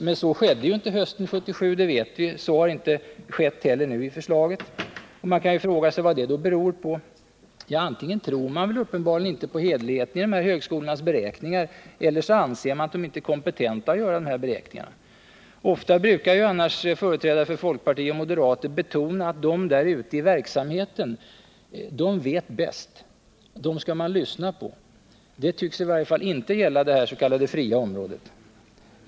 Men så skedde inte hösten 1977 — det vet vi — och så har inte skett nu heller i förslaget i höst. Man kan ju fråga sig vad det beror på. Ja, antingen tror man inte på hederligheten i högskolornas beräkningar eller också anser man dem inte kompetenta att beräkna medel. Ofta brukar annars företrädare för folkparti och moderater betona att ”dom där ute i verksamheten vet bäst, dom ska man lyssna på”. Det tycks i varje fall inte gälla det s.k. fria området.